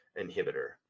inhibitor